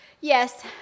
yes